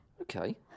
Okay